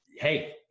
hey